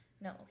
No